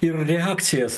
ir reakcijas